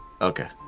Okay